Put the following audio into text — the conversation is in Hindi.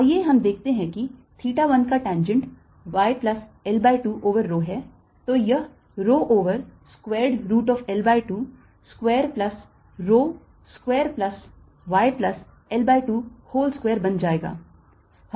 आइए हम देखते हैं कि theta 1 का tangent y plus L by 2 over rho है तो यह rho over squared root of L by 2 square plus rho square plus y plus L by 2 whole square बन जाएगा